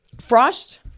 frost